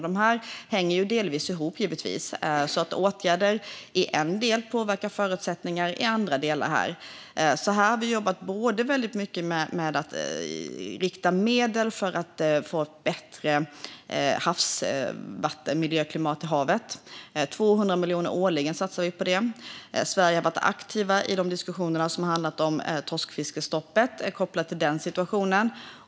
Dessa delar hänger givetvis delvis ihop, så åtgärder i en del påverkar förutsättningar i andra delar. Vi har jobbat väldigt mycket med att rikta medel för att få bättre vattenmiljö och klimat i havet. Vi satsar 200 miljoner årligen på det. Sverige har varit aktivt i de diskussioner som har handlat om torskfiskestoppet och den situationen.